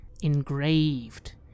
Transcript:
engraved